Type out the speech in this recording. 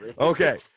okay